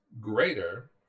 greater